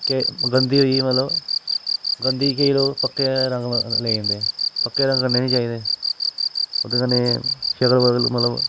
केह् गंदी होई गेई मतलब गंदी केईं लोक पक्कें रंग लेई जंदे पक्के रंग करने नी चाहिदे ओह्दे कन्नै शक्ल मतलब मतलब